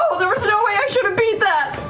there was no way i should've beat that.